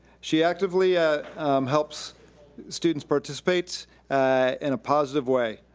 she actively ah helps students participate in a positive way.